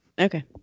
Okay